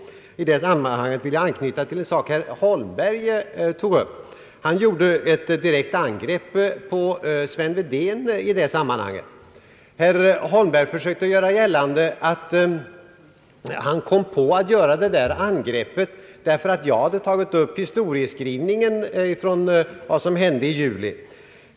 I detta sammanhang vill jag anknyta till en sak som herr Holmberg tog upp. Han gjorde ett direkt angrepp på herr Sven Wedén. Herr Holmberg försökte göra gällande att han kom att göra detta angrepp därför att jag hade tagit upp historieskrivningen från vad som hände i juli.